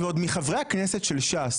איזו בושה ועוד מחברי הכנסת של ש"ס.